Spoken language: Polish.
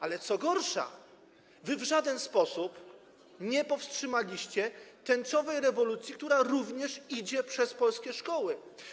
Ale, co gorsza, wy w żaden sposób nie powstrzymaliście tęczowej rewolucji, która również idzie przez polskie szkoły.